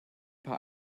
paar